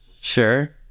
Sure